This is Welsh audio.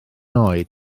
oed